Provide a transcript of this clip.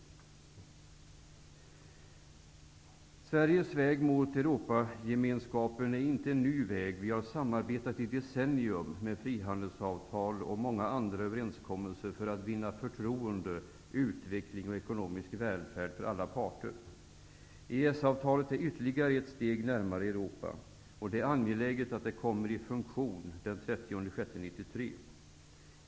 Sveriges väg mot Europagemenskapen är inte en ny väg. Vi har samarbetat i decennier med frihandelsavtal och många andra övereenskommelser för att vinna förtroende, utveckling och ekonomisk välfärd för alla parter. EES-avtalet är ytterligare ett steg närmare Europa. Det är angeläget attt det kommer i funktion den 30 juni 1993.